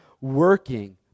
working